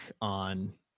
on